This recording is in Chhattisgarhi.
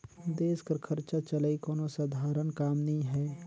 देस कर खरचा चलई कोनो सधारन काम नी हे